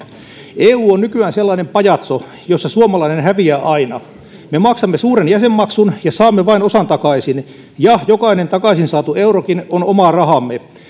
eu on nykyään sellainen pajatso jossa suomalainen häviää aina me maksamme suuren jäsenmaksun ja saamme vain osan takaisin ja jokainen takaisin saatu eurokin on omaa rahaamme